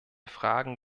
fragen